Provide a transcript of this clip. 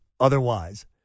otherwise